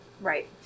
right